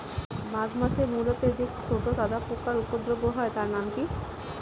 মাঘ মাসে মূলোতে যে ছোট সাদা পোকার উপদ্রব হয় তার নাম কি?